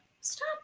Stop